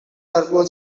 turbo